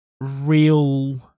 real